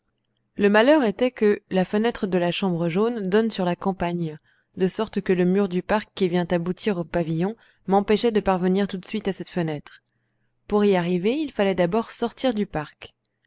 le malheur était que la fenêtre de la chambre jaune donne sur la campagne de sorte que le mur du parc qui vient aboutir au pavillon m'empêchait de parvenir tout de suite à cette fenêtre pour y arriver il fallait d'abord sortir du parc